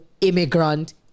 immigrant